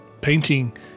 Painting